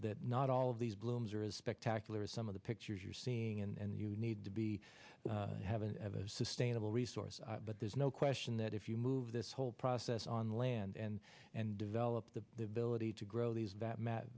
that not all of these blooms are as spectacular as some of the pictures you're seeing and you need to be having a sustainable resource but there's no question that if you move this whole process on land and and develop the ability to grow these that m